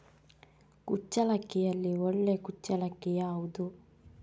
ಕುಚ್ಚಲಕ್ಕಿಯಲ್ಲಿ ಒಳ್ಳೆ ಕುಚ್ಚಲಕ್ಕಿ ಯಾವುದು?